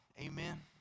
Amen